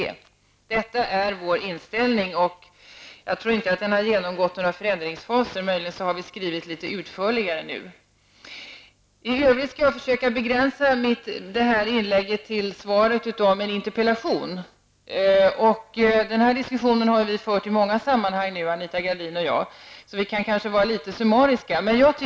Detta är vår inställning, och jag tror inte att den har genomgått några förändringsfaser. Möjligen har vi nu gjort en litet utförligare skrivning. Jag skall i övrigt försöka begränsa mitt inlägg till svaret på min interpellation. Denna diskussion har Anita Gradin och jag fört i många sammanhang, så vi kan kanske vara litet summariska.